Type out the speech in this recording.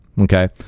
Okay